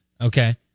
okay